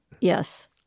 yes